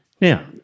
Now